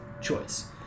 choice